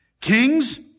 Kings